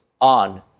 on